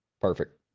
Perfect